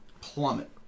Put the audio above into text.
plummet